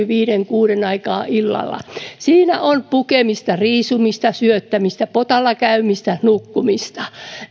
viiden kuuden aikaan illalla ja siinä on pukemista riisumista syöttämistä potalla käymistä nukkumista